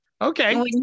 Okay